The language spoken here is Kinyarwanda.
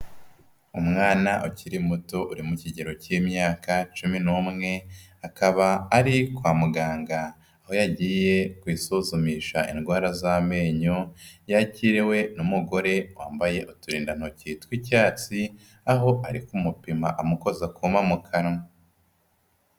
Umwana ukiri muto uri mu kigero k'imyaka cumi n'umwe, akaba ari kwa muganga aho yagiye kwisuzumisha indwara z'amenyo, yakiriwe n'umugore wambaye uturindantoki tw'icyatsi, aho ari kumupima amukoza akoma mu kanwa.